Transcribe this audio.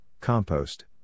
compost